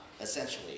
essentially